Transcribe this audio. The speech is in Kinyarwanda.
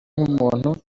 nk’umuntu